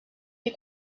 des